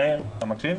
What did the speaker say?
מאיר, אתה מקשיב?